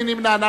מי נמנע?